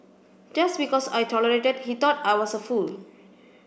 just because I tolerated he thought I was a fool